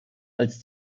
als